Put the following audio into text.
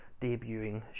debuting